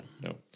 No